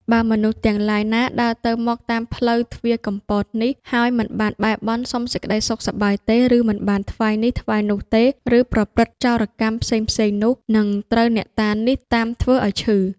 បើមនុស្សទាំងឡាយណាដើរទៅមកតាមផ្លូវទ្វារកំពតនោះ ហើយមិនបានបែរបន់ សុំសេចក្ដីសុខសប្បាយទេ ឬមិនបានថ្វាយនេះថ្វាយនោះទេ ឬប្រព្រឹត្តចោរកម្មផ្សេងៗនោះ នឹងត្រូវអ្នកតានេះតាមធ្វើ ឲ្យឈឺ